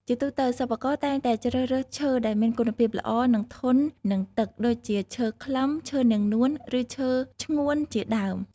ជាទូទៅ សិប្បករតែងតែជ្រើសរើសឈើដែលមានគុណភាពល្អ និងធន់នឹងទឹក ដូចជាឈើខ្លឹម ឈើនាងនួន ឬឈើឈ្ងួនជាដើម។